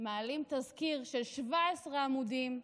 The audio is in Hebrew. מעלים תזכיר של 17 עמודים,